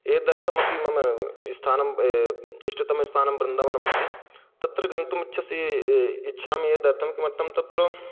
एतदर्थं मम स्थानम् इष्टतमस्थानं वृन्दावनमस्ति तत्र गन्तुमिच्छसि इच्छामि एतदर्थं किमर्थं तत्र